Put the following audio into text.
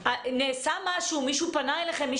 מישהו פנה אליכם?